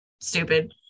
stupid